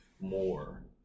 more